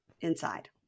inside